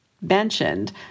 mentioned